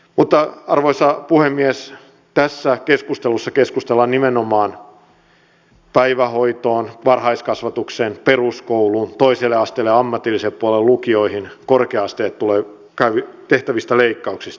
mutta arvoisa puhemies tässä keskustelussa keskustellaan nimenomaan päivähoitoon varhaiskasvatukseen peruskouluun toiselle asteelle ammatilliselle puolelle ja lukioihin sekä korkea asteelle tehtävistä leikkauksista